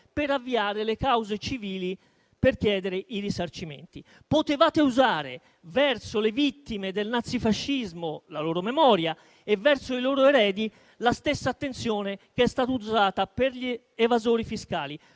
per avviare le cause civili per chiedere i risarcimenti. Potevate usare verso le vittime del nazifascismo, verso la loro memoria e i loro eredi la stessa attenzione che è stata usata per gli evasori fiscali: